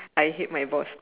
I hate my boss